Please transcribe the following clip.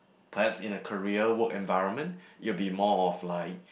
perhaps in a career work environment it'll be more of like